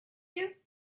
you